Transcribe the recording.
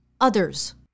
others